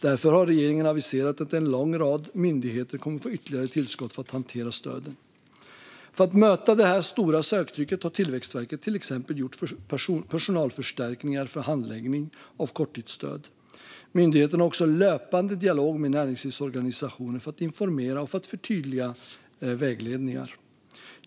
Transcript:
Därför har regeringen aviserat att en lång rad myndigheter kommer att få ytterligare tillskott för att hantera stöden. För att möta det stora söktrycket har Tillväxtverket till exempel gjort personalförstärkningar för handläggning av korttidsstöd. Myndigheten har också löpande dialog med näringslivsorganisationer för att informera och för att förtydliga vägledningar.